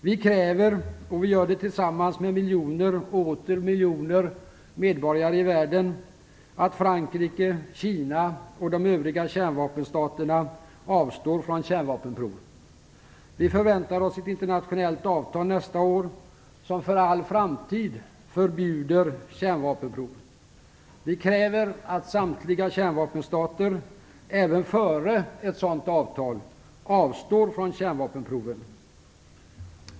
Vi kräver - och vi gör det tillsammans med miljoner och åter miljoner medborgare i världen - att Frankrike, Kina och de övriga kärnvapenstaterna avstår från kärnvapenprov. Vi förväntar oss ett internationellt avtal nästa år som för all framtid förbjuder kärnvapenprov. Vi kräver att samtliga kärnvapenstater, även före ett sådant avtal, avstår från kärvapenproven.